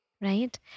right